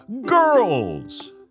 girls